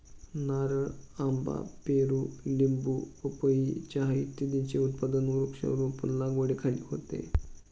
नारळ, आंबा, पेरू, लिंबू, पपई, चहा इत्यादींचे उत्पादन वृक्षारोपण लागवडीखाली होते